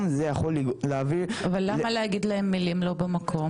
זה יכול להביא --- אבל למה להגיד להם מילים לא במקום?